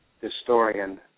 historian